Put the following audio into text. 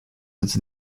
its